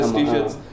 t-shirts